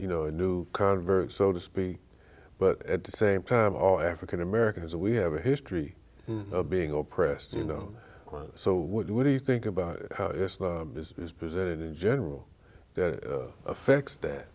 you know a new convert so to speak but at the same time all african americans we have a history of being oppressed you know so what do you think about how it's presented in general that affects that